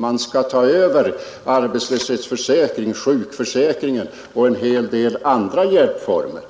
Man skall ta över arbetslöshetsförsäkring, sjukförsäkring och en hel del andra hjälpformer.